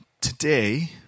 today